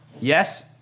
Yes